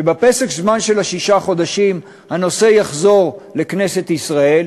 ובפסק-הזמן של שישה חודשים הנושא יחזור לכנסת ישראל,